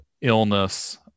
illness